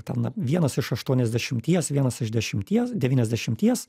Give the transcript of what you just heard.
ten vienas iš aštuoniasdešimties vienas iš dešimties devyniasdešimties